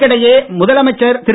இதற்கிடையே முதலமைச்சர் திரு